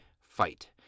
fight